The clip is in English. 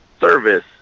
service